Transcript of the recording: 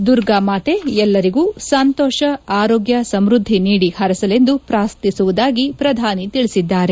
ದುರ್ಗಾ ಮಾತೆ ಎಲ್ಲರಿಗೂ ಸಂತೋಷ ಆರೋಗ್ಲ ಸಮ್ಬದ್ದಿ ನೀಡಿ ಹರಸಲೆಂದು ಪ್ರಾರ್ಥಿಸುವುದಾಗಿ ಪ್ರಧಾನಿ ತಿಳಿಸಿದ್ದಾರೆ